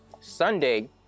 Sunday